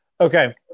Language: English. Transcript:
Okay